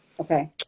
okay